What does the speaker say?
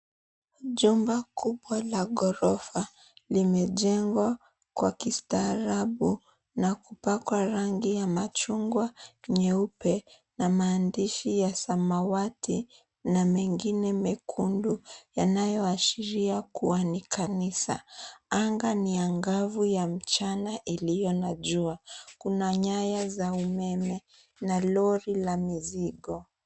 Jumba kubwa la ghorofa limejengwa kwa kistarabu na kupakwa rangi ya machungwa, nyeupe, na maandishi ya samawati na mengine mekundu yanayoashiria kuwa ni kanisa. Anga ni ya angavu ya mchana iliyo na jua, kuna nyaya za umeme na lori 𝑙a mzigo.